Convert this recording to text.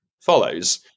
follows